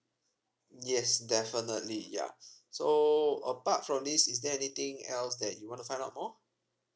yes definitely yeah so apart from this is there anything else that you wanna find out more